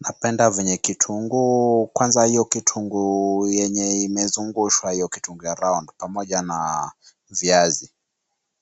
Napenda vyenye kitunguu kwanza hiyo kitunguu yenye imezungushwa kwanza hiyo kitunguu ya ya round pamoja na viazi.